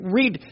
read